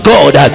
God